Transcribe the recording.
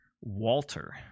Walter